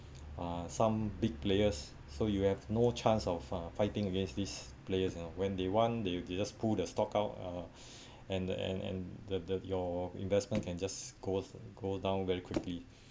uh some big players so you have no chance of uh fighting against these players you know when they want they they just pull the stock out uh and the and and the the your investment can just goes go down very quickly